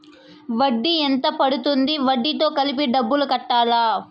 వడ్డీ ఎంత పడ్తుంది? వడ్డీ తో కలిపి డబ్బులు కట్టాలా?